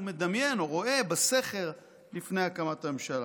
שהוא מדמיין או רואה לפני הקמת הממשלה.